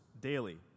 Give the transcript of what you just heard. daily